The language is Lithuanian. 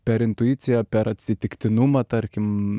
per intuiciją per atsitiktinumą tarkim